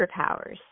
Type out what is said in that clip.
superpowers